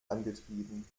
angetrieben